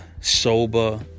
sober